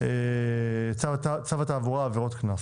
בצו התעבורה (עבירות קנס).